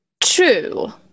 True